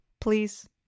please